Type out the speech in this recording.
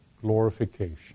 glorification